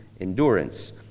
endurance